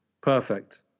Perfect